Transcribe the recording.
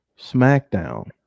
SmackDown